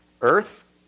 Earth